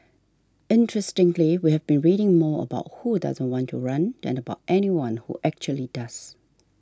interestingly we have been reading more about who doesn't want to run than about anyone who actually does